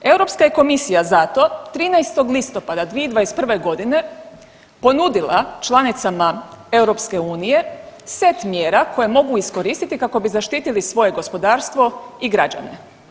Europska je komisija zato 13. listopada 2021. godine ponudila članicama EU set mjera koje mogu iskoristiti kako bi zaštitili svoje gospodarstvo i građane.